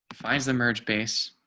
finds the merge base.